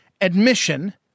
admission